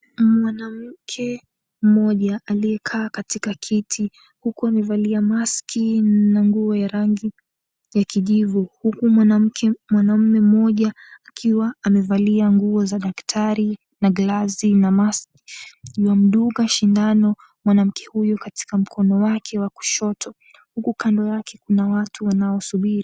Mwanamke mmoja aliyekaa katika kiti huku amevalia maski na nguo ya rangi ya kijivu huku mwanaume mmoja akiwa amevalia nguo za daktari na glavuzi na maski yuwamdunga shindano mwanamke huyu katika mkono wake wa kushoto huku kando yake kuna watu wanaosubiri.